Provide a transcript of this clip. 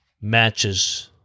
matches –